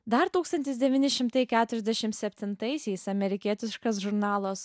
dar tūkstantis devyni šimtai keturiasdešim septintaisiais amerikietiškas žurnalas